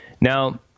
Now